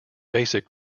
basic